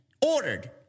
ordered